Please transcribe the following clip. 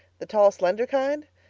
the tall, slender kind?